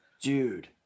Dude